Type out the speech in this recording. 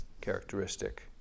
characteristic